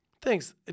Thanks